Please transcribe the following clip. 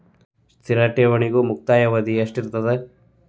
ಸ್ಥಿರ ಠೇವಣಿದು ಮುಕ್ತಾಯ ಅವಧಿ ಎಷ್ಟಿರತದ?